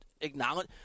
acknowledge –